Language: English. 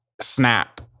snap